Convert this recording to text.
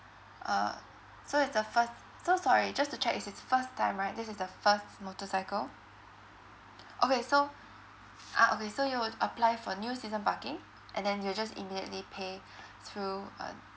uh so it's the first so sorry just to check it's his first time right this is the first motorcycle okay so ah okay so you would apply for new season parking and then you'll just immediately pay through an